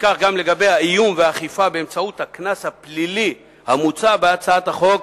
וכך גם לגבי האיום והאכיפה באמצעות הקנס הפלילי המוצע בהצעת החוק.